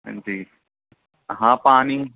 جی ہاں پانی